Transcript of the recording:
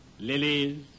lilies